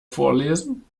vorlesen